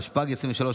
התשפ"ג 2023,